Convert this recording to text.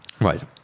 Right